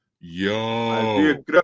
Yo